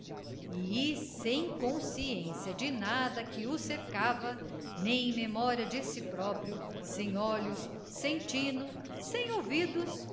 e sem consciência de nada que o cercava nem memória de si próprio sem olhos sem tino sem ouvidos